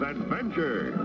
adventure